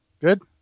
Good